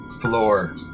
floor